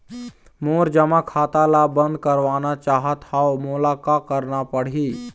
मोर जमा खाता ला बंद करवाना चाहत हव मोला का करना पड़ही?